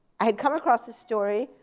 i had come across this story.